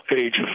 age